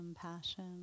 compassion